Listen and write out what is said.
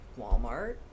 Walmart